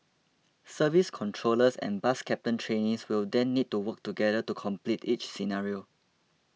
service controllers and bus captain trainees will then need to work together to complete each scenario